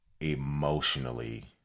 emotionally